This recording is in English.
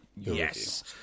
Yes